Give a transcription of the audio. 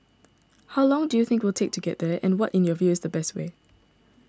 how long do you think we'll take to get there and what in your view is the best way